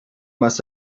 must